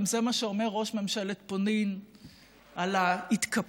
אם זה מה שאומר ראש ממשלת פולין על ההתקפלות